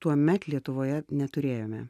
tuomet lietuvoje neturėjome